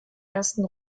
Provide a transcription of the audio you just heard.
ersten